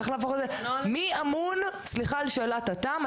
מי אמון סליחה על שאלת התם,